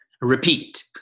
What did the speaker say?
repeat